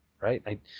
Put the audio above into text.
right